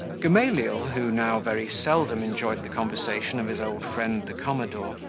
gamaliel, who now very seldom enjoyed the conversation of his old friend the commodore,